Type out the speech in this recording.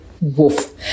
wolf